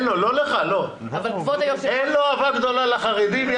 גם לו אין אהבה גדולה לחרדים.